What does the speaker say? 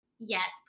Yes